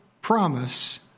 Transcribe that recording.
promise